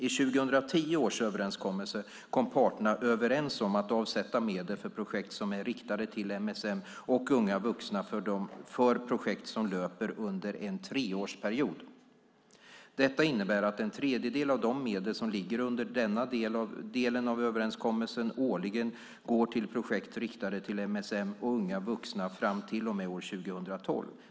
I 2010 års överenskommelse kom parterna överens om att avsätta medel för projekt som är riktade till MSM och unga vuxna och som löper under en treårsperiod. Detta innebär att en tredjedel av de medel som ligger under denna del av överenskommelsen årligen går till projekt riktade till MSM och unga vuxna fram till och med år 2012.